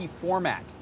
format